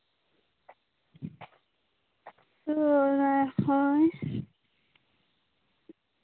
ᱚ ᱚᱱᱟ ᱦᱳᱭ